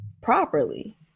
properly